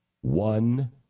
one